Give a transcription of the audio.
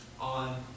on